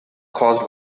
caused